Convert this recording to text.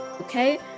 okay